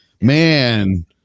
Man